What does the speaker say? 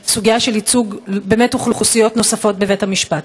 באמת סוגיה של ייצוג אוכלוסיות נוספות בבית-המשפט.